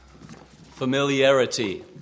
Familiarity